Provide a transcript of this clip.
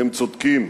והם צודקים.